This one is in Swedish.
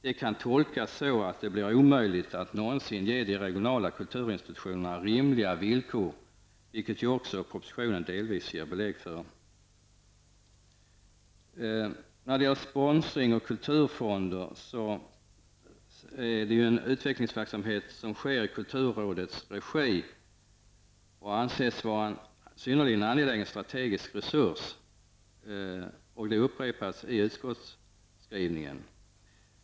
Det kan tolkas så, att det blir omöjligt att över huvud taget någonsin kunna erbjuda de regionala kulturinstitutionerna rimliga villkor, vilket ju också propositionen delvis ger belägg för. Beträffande sponsring och kulturfonder handlar det om en utvecklingsverksamhet i kulturrådets regi. Det här anses vara ''en synnerligen angelägen strategisk resurs''. Detta upprepas i utskottsskrivningen.